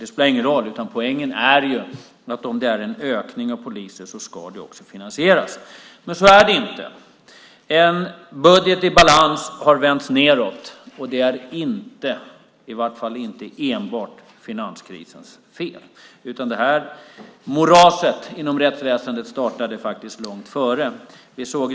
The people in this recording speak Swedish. Det spelar ingen roll. Poängen är att om man ska öka antalet poliser ska man också finansiera det. Men så är det inte. En budget i balans har vänts nedåt. Det är inte, i varje fall inte enbart, finanskrisens fel, utan det här moraset inom rättsväsendet startade långt innan.